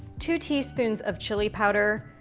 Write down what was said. two teaspoons of chili powder,